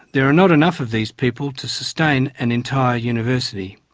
there are not enough of these people to sustain an entire university.